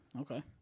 Okay